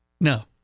No